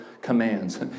commands